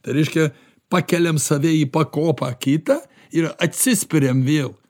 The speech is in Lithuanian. tai reiškia pakeliam save į pakopą kitą ir atsispiriam vėl